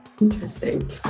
Interesting